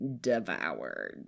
devoured